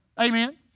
Amen